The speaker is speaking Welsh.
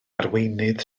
arweinydd